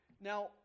Now